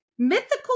mythical